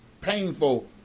painful